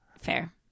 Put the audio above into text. Fair